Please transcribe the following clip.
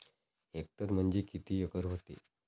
Hectare म्हणजे किती acre व्हते?